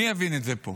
מי יבין את זה פה?